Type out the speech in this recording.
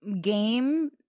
game